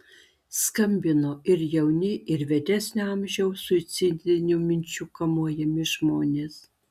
skambino ir jauni ir vyresnio amžiaus suicidinių minčių kamuojami žmonės